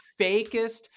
fakest